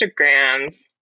instagrams